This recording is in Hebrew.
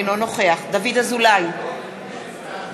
אינו נוכח דוד אזולאי, בעד